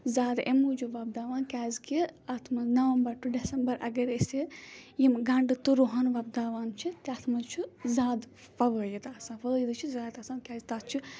زیادٕ امہِ موٗجوٗب وۄپداوان کیٛازِ کہِ اَتھ منٛز نَوَمبر ٹُو ڈٮ۪سمبر اگر أسۍ یِم گَنڈٕ تہٕ رُہَن وۄپداوان چھِ تَتھ منٛز چھُ زیادٕ فَوٲیِد آسان فٲیدٕ چھِ زیادٕ آسان کیٛازِ تَتھ چھُ